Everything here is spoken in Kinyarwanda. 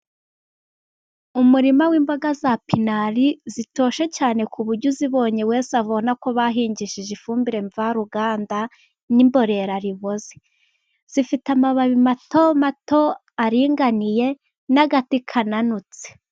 Umurima w'imboga za pinari, zitoshye cyane, ku buryo uzibonye wese, abona ko bahingishije ifumbire mvaruganda, n'imborera ziboze. Zifite amababi mato mato, aringaniye, ni agati kananutse.